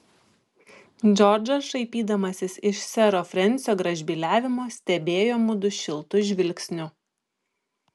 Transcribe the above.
džordžas šaipydamasis iš sero frensio gražbyliavimo stebėjo mudu šiltu žvilgsniu